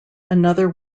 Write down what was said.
another